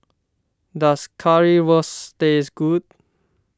does Currywurst taste good